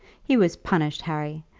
he was punished, harry.